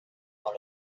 dans